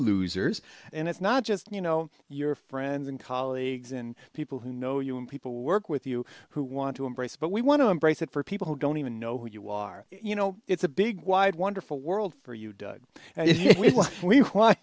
losers and it's not just you know your friends and colleagues and people who know you and people work with you who want to embrace but we want to embrace it for people who don't even know who you are you know it's a big wide wonderful world for you and we want